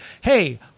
hey